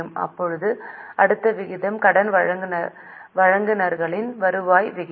இப்போது அடுத்த விகிதம் கடன் வழங்குநர்களின் வருவாய் விகிதம்